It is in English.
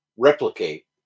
Replicate